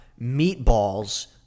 meatballs